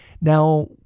Now